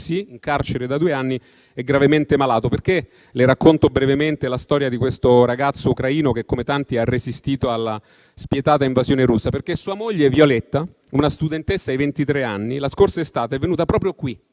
in carcere da due anni, è gravemente malato. Racconto brevemente la storia di questo ragazzo ucraino che, come tanti, ha resistito alla spietata invasione russa, perché sua moglie Vialyetta, una studentessa di ventitré anni, la scorsa estate è venuta proprio qui